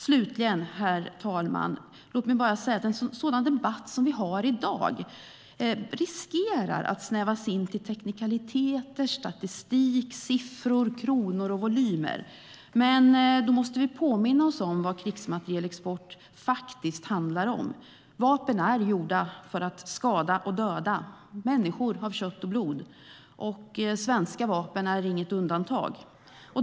Slutligen, herr talman: Låt mig bara säga ett en sådan debatt som vi har i dag riskerar att snävas in till teknikaliteter, statistik, siffror, kronor och volymer. Men då måste vi påminna oss om vad krigsmaterielexport faktiskt handlar om. Vapen är gjorda för att skada och döda människor av kött och blod. Svenska vapen är inget undantag.